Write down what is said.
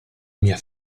mia